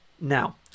Now